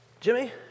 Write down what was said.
Jimmy